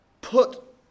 put